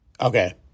Okay